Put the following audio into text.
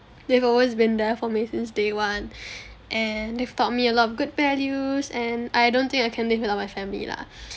they've always been there for me since day one and they've taught me a lot of good values and I don't think I can live without my family lah